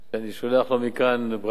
אני שולח לו מכאן ברכה.